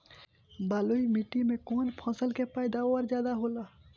बालुई माटी में कौन फसल के पैदावार ज्यादा होला?